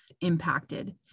impacted